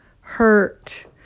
hurt